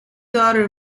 daughter